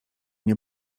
nie